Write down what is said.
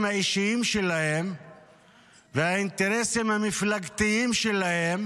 האישיים שלהם והאינטרסים המפלגתיים שלהם